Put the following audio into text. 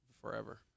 forever